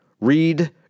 read